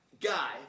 guy